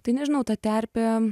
tai nežinau ta terpė